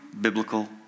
biblical